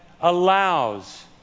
allows